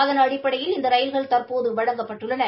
அதன் அடிப்படையில் இந்த ரயில்கள் தற்போது வழங்கப்பட்டுள்ளன